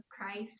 Christ